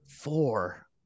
Four